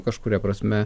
kažkuria prasme